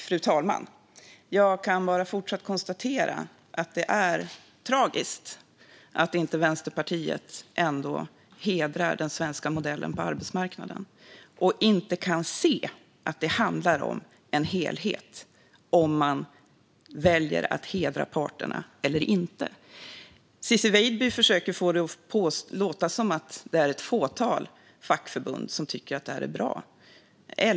Fru talman! Jag kan bara fortsatt konstatera att det är tragiskt att inte Vänsterpartiet ändå hedrar den svenska modellen på arbetsmarknaden och inte kan se att det handlar om en helhet om man väljer att hedra parterna eller inte. Ciczie Weidby får det att låta som att det är ett fåtal fackförbund som tycker att det är bra.